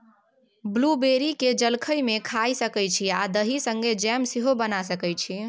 blueberry केँ जलखै मे खाए सकै छी आ दही संगै जैम सेहो बना सकै छी